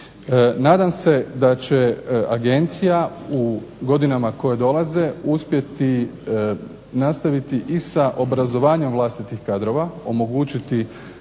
Nadam se da će Agencija u godinama koje dolaze uspjeti nastaviti i sa obrazovanjem vlastitih kadrova omogućiti